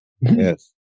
yes